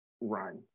run